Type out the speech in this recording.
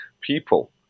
people